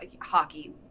hockey